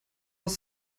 was